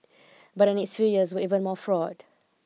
but the next few years were even more fraught